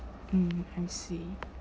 mm I see